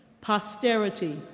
Posterity